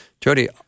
Jody